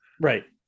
right